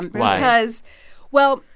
and why? because well,